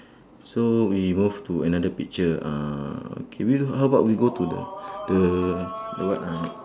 so we move to another picture uh okay can we how about we go to the the the what ah